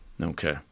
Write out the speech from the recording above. okay